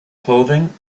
clothing